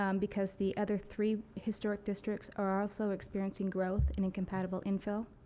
um because the other three historic districts are also experiencing growth and and compatible infill.